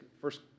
first